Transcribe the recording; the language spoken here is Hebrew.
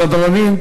סדרנים,